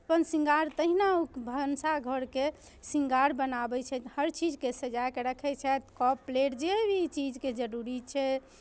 अपन श्रृंगार तहिना ओ भनसाघरके श्रृंगार बनाबै छथि हर चीजके सजाकर रखै छथि कप प्लेट जे भी चीजके जरूरी छै